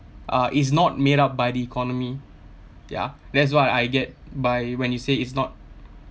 uh is not made up by the economy yeah that's what I get by when you say it's not